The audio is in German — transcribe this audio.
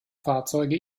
fahrzeuge